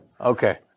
Okay